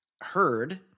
heard –